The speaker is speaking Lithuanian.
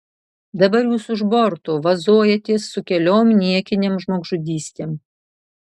dabar jūs už borto vazojatės su keliom niekinėm žmogžudystėm